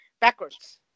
Backwards